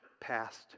past